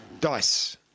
Dice